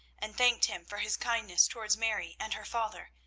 and thanked him for his kindness towards mary and her father,